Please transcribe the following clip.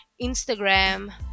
instagram